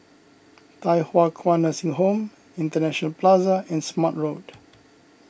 Thye Hua Kwan Nursing Home International Plaza and Smart Road